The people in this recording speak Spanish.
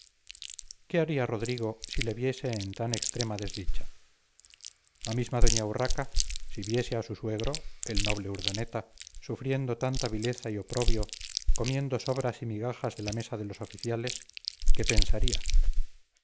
qué haría rodrigo si le viese en tan extrema desdicha la misma doña urraca si viese a su suegro el noble urdaneta sufriendo tanta vileza y oprobio comiendo sobras y migajas de la mesa de los oficiales qué pensaría